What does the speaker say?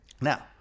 Now